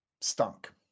stunk